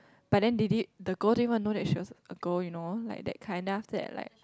but then they did~ the girl didn't even know that she was a girl you know like that kind then after that like